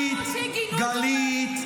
אבל אנחנו הישראלים לא מוציאים גינוי צורב,